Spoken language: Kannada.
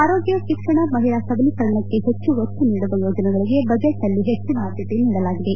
ಆರೋಗ್ಯ ಶಿಕ್ಷಣ ಮಹಿಳಾ ಸಬಲೀಕರಣಕ್ಕೆ ಹೆಚ್ಚು ಒತ್ತು ನೀಡುವ ಯೋಜನೆಗಳಿಗೆ ಬಜೆಟ್ನಲ್ಲಿ ಹೆಚ್ಚಿನ ಆದ್ದತೆ ನೀಡಲಾಗಿದೆ